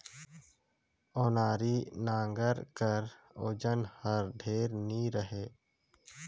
ओनारी नांगर कर ओजन हर ढेर नी रहें